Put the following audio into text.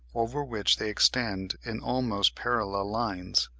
over which they extend in almost parallel lines.